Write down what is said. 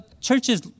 churches